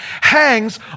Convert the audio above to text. hangs